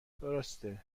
درسته